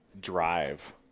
drive